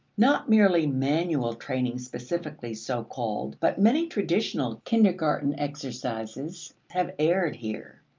not merely manual training specifically so called but many traditional kindergarten exercises have erred here.